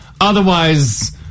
Otherwise